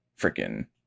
freaking